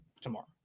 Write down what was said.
tomorrow